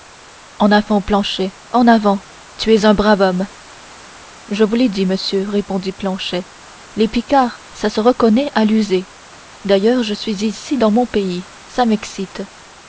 en avant planchet en avant tu es un brave homme je vous l'ai dit monsieur répondit planchet les picards ça se reconnaît à l'user d'ailleurs je suis ici dans mon pays ça